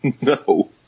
No